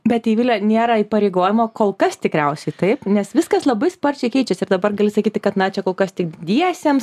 bet eivile nėra įpareigojimo kol kas tikriausiai taip nes viskas labai sparčiai keičias ir dabar gali sakyti kad na čia kol kas tik didiesiems